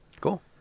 Cool